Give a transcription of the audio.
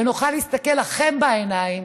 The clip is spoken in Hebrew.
ונוכל להסתכל לכם בעיניים